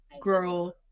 girl